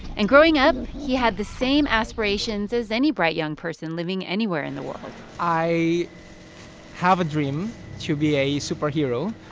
and growing up, he had the same aspirations as any bright young person living anywhere in the world i have a dream to be a superhero.